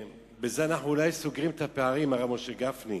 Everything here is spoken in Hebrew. ובזה אנחנו אולי סוגרים את הפערים, הרב משה גפני.